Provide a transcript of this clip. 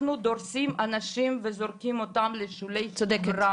אנחנו דורסים אנשים וזורקים אותם לשולי החברה